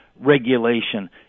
regulation